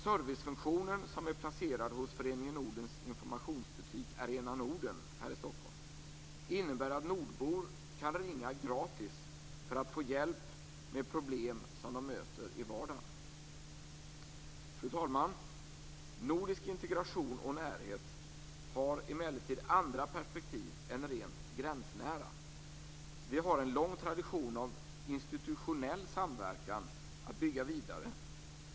Servicefunktionen, som är placerad hos Föreningen Nordens informationsbutik Arena Norden här i Stockholm innebär att nordbor kan ringa gratis för att få hjälp med problem som de möter i vardagen. Fru talman! Nordisk integration och närhet har emellertid andra perspektiv än rent gränsnära. Vi har en lång tradition av institutionell samverkan att bygga vidare.